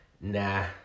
nah